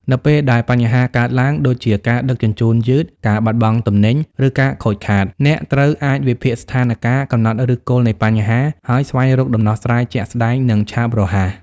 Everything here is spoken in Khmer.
នៅពេលដែលបញ្ហាកើតឡើង (ដូចជាការដឹកជញ្ជូនយឺត ការបាត់បង់ទំនិញ ឬការខូចខាត) អ្នកត្រូវអាចវិភាគស្ថានការណ៍ កំណត់ឫសគល់នៃបញ្ហា ហើយស្វែងរកដំណោះស្រាយជាក់ស្តែង និងឆាប់រហ័ស។